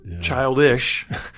childish